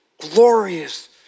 glorious